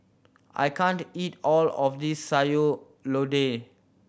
I can't eat all of this Sayur Lodeh